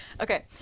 okay